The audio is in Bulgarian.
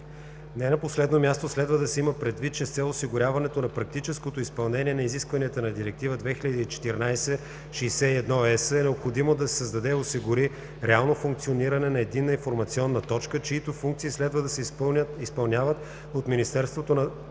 Не на последно място следва да се има предвид, че с цел осигуряването на практическото изпълнение на изискванията на Директива 2014/61/ЕС е необходимо да се създаде и осигури реално функциониране на Единна информационна точка (ЕИТ), чийто функции следва да се изпълняват от Министерството на транспорта,